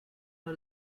are